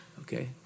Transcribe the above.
Okay